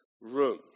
room